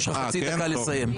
חצי דקה לסיום.